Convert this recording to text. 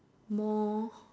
more